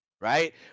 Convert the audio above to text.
Right